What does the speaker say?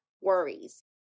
worries